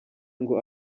ngo